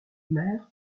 mer